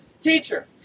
teacher